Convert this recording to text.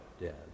dead